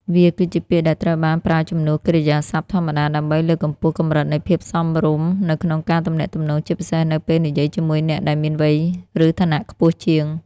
វាគឺជាពាក្យដែលត្រូវបានប្រើជំនួសកិរិយាសព្ទធម្មតា ដើម្បីលើកកម្ពស់កម្រិតនៃភាពសមរម្យនៅក្នុងការទំនាក់ទំនង ជាពិសេសនៅពេលនិយាយជាមួយអ្នកដែលមានវ័យ ឬឋានៈខ្ពស់ជាង។